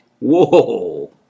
Whoa